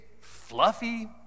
fluffy